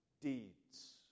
deeds